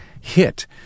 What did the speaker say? hit